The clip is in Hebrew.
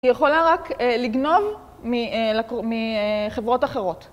היא יכולה רק לגנוב מחברות אחרות.